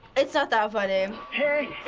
it's not that funny. hey,